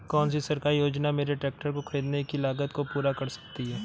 कौन सी सरकारी योजना मेरे ट्रैक्टर को ख़रीदने की लागत को पूरा कर सकती है?